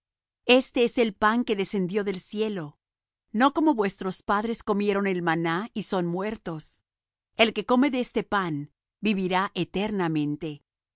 este es el pan que descendió del cielo no como vuestros padres comieron el maná y son muertos el que come de este pan vivirá eternamente